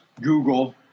google